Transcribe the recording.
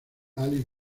alice